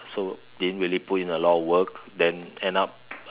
so didn't really put in a lot of work then end up